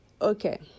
Okay